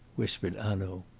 whispered hanaud.